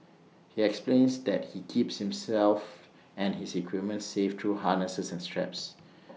he explains that he keeps himself and his equipment safe through harnesses and straps